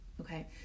okay